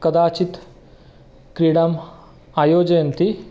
कदाचित् क्रीडाम् आयोजयन्ति